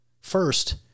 First